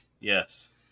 Yes